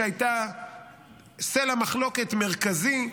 שהייתה סלע מחלוקת מרכזי,